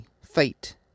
fate